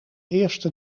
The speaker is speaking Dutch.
eerste